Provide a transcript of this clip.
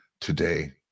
today